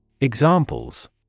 Examples